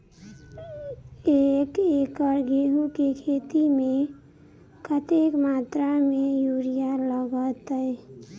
एक एकड़ गेंहूँ केँ खेती मे कतेक मात्रा मे यूरिया लागतै?